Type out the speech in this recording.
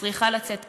צריכה לצאת קריאה,